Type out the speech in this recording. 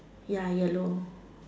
ya yellow